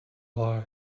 lie